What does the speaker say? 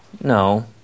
No